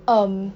um